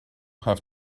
have